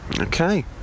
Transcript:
Okay